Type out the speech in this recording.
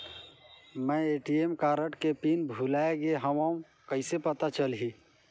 मैं ATM card के pin भुलाए गे हववं कइसे पता चलही?